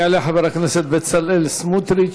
יעלה חבר הכנסת בצלאל סמוטריץ.